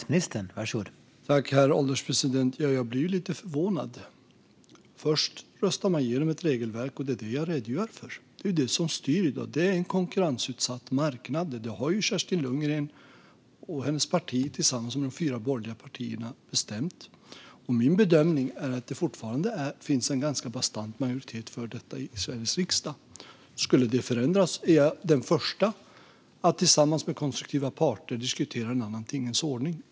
Herr ålderspresident! Jag blir lite förvånad. Först röstar man igenom ett regelverk, och det är det som jag redogör för. Det är det som styr i dag. Det är en konkurrensutsatt marknad. Det har Kerstin Lundgren och hennes parti tillsammans med de fyra borgerliga partierna bestämt. Min bedömning är att det fortfarande finns en ganska bastant majoritet för detta i Sveriges riksdag. Skulle det förändras är jag den första att tillsammans med konstruktiva parter diskutera en annan tingens ordning.